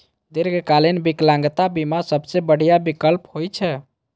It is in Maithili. दीर्घकालीन विकलांगता बीमा सबसं बढ़िया विकल्प होइ छै